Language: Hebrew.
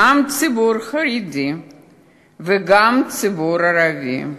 גם הציבור החרדי וגם הציבור הערבי,